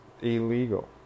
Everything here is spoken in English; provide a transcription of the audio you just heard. illegal